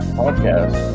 podcast